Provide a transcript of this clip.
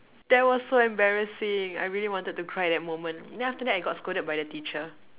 that was so embarrassing I really wanted to cry that moment then after that I got scolded by the teacher